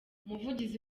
umuvugizi